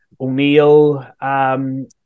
O'Neill